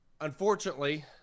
Unfortunately